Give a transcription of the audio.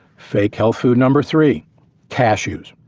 fake health food number three cashews.